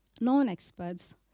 non-experts